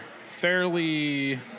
fairly